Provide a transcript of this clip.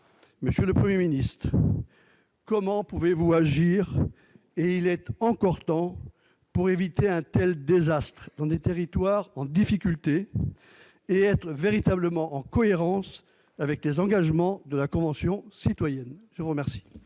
Monsieur le Premier ministre, comment pouvez-vous agir ? Il est encore temps d'éviter ce genre de désastres, dans des territoires en difficulté, et d'être véritablement en cohérence avec les engagements de la Convention citoyenne pour le